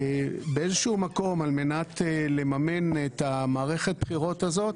באיזשהו מקום, על מנת לממן את מערכת הבחירות הזאת,